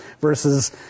versus